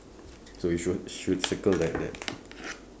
so we should should circle that that